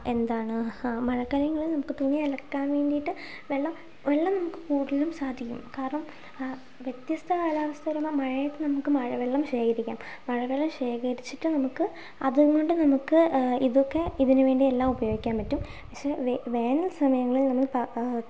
എന്താണ് മഴക്കാലങ്ങളിൽ നമുക്ക് തുണി അലക്കാൻ വേണ്ടിയിട്ട് വെള്ളം വെള്ളം നമുക്ക് കൂടുതലും സാധിക്കും കാരണം വ്യത്യസ്ഥ കാലാവസ്ഥ വരുമ്പം മഴയൊക്കെ നമുക്ക് മഴവെള്ളം ശേഖരിക്കാം മഴവെള്ളം ശേഖരിച്ചിട്ട് നമുക്ക് അതുകൊണ്ട് നമുക്ക് ഇതൊക്കെ ഇതിനുവേണ്ടി എല്ലാം ഉപയോഗിക്കാൻ പറ്റും പക്ഷെ വേനൽ സമയങ്ങളിൽ നമ്മൾ